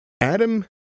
Adam